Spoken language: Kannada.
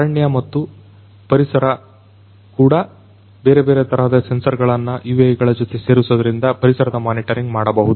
ಅರಣ್ಯ ಮತ್ತು ಪರಿಸರ ಕೂಡ ಬೇರೆ ಬೇರೆ ತರಹದ ಸೆನ್ಸರ್ ಗಳನ್ನು UAV ಗಳ ಜೊತೆ ಜೋಡಿಸುವುದರಿಂದ ಪರಿಸರದ ಮಾನಿಟರಿಂಗ್ ಮಾಡಬಹುದು